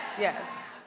yes.